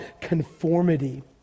conformity